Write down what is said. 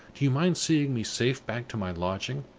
do you mind seeing me safe back to my lodging?